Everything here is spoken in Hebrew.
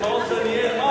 את מעוז-דניאל.